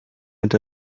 and